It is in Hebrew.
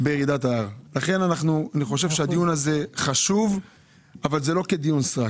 לכן הדיון הזה חשוב אבל לא כדיון סרק.